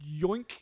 yoink